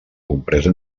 compresa